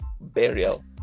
burial